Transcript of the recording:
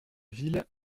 ville